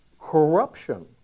corruption